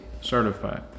certified